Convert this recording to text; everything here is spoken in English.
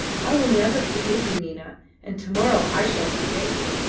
i will never forgive you, nina and to-morrow i shall forget you!